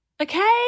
Okay